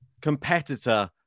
competitor